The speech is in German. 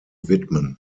widmen